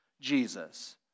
Jesus